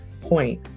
point